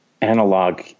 analog